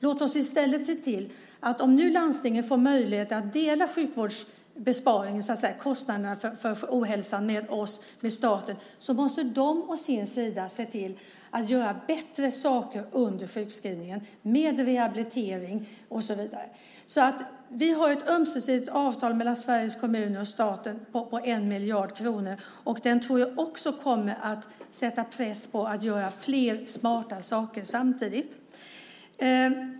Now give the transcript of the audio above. Låt oss i stället se till att landstingen får möjlighet att dela kostnaderna för ohälsan med staten. Då får de å sin sida se till att göra bättre saker under sjukskrivningen, med rehabilitering och så vidare. Vi har ett avtal ömsesidigt med Sveriges kommuner och staten på 1 miljard kronor, och det tror jag kommer att sätta press på att göra fler smarta saker samtidigt.